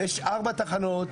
ויש ארבע תחנות,